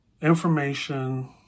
Information